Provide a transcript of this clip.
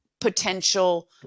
potential